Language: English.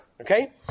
okay